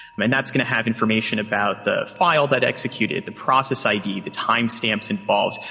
and that's going to have information about the file that executed, the process id, the timestamps involved.